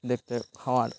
দেখতে খাবার